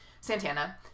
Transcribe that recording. Santana